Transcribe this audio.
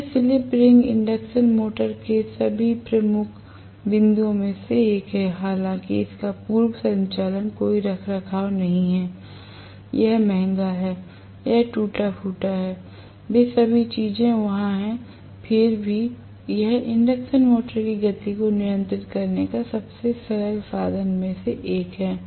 तो यह slip ring induction motor के सभी प्रमुख बिंदुओं में से एक है हालांकि इसका पूर्व संचालन कोई रखरखाव नहीं है यह महंगा है यह टूटा फूटा है वे सभी चीजें वहां हैं फिर भी यह इंडक्शन मोटर की गति को नियंत्रित करने का सबसे सरल साधन में से एक है